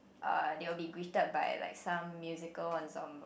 uh they will be greeted by like some musical ensemble